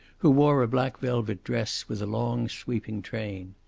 who wore a black velvet dress with a long, sweeping train.